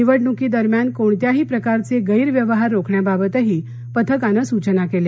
निवडणुकी दरम्यान कोणत्याही प्रकारचे गैरव्यवहार रोखण्याबाबातही पथकाने सुचना केल्या